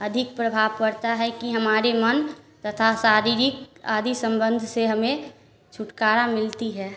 अधिक प्रभाव पड़ता है कि हमारे मन तथा शारीरिक आदि संबंध से हमें छुटकारा मिलती है